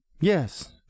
Yes